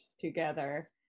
together